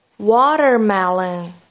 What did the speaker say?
watermelon